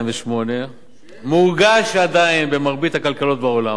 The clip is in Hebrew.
2007. מורגש עדיין במרבית הכלכלות בעולם.